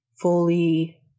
fully